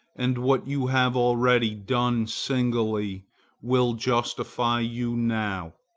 and what you have already done singly will justify you now.